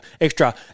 extra